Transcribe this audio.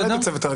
בסדר, צא ותירגע.